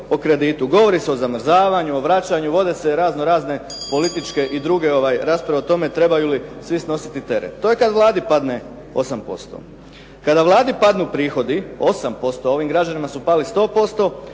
o kreditu. Govori se o zamrzavanju, o vraćanju, vode se razno razne političke i druge rasprave o tome trebaju li svi snositi teret. To je kad Vladi padne 8%. Kada Vladi padnu prihodi 8%, ovim građanima su pali 100%,